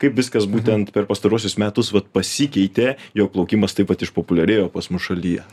kaip viskas būtent per pastaruosius metus vat pasikeitė jog plaukimas taip vat išpopuliarėjo pas mus šalyje